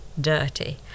dirty